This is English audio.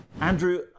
Andrew